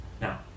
Now